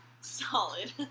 Solid